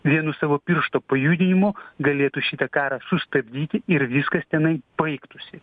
vienu savo piršto pajudinimu galėtų šitą karą sustabdyti ir viskas tenai baigtųsi